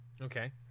Okay